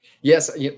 Yes